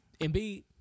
Embiid